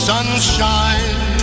sunshine